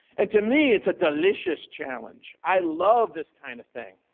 and to me it's a delicious challenge. i love this kind of thing.